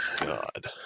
god